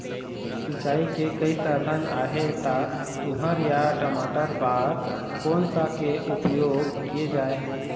सिचाई के कई साधन आहे ता तुंहर या टमाटर बार कोन सा के उपयोग किए जाए?